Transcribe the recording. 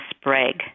Sprague